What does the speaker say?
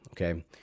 Okay